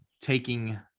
taking